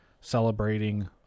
celebrating